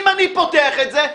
אם אני פותח את זה,